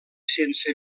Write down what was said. sense